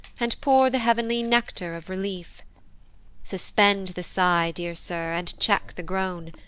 and pour the heav'nly nectar of relief suspend the sigh, dear sir, and check the groan,